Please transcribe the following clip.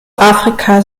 afrika